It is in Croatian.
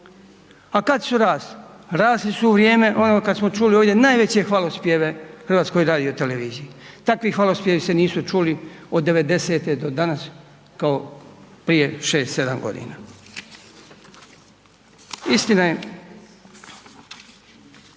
A kad su rasli? Rasli su u vrijeme ono kad smo čuli ovdje najveće hvalospjeve HRT-u, takvih hvalospjevi se nisu čuli od 90-te do danas kao prije 6, 7 godina. Istina je